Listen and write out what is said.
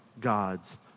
God's